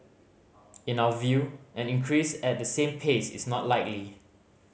in our view an increase at the same pace is not likely